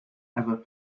ever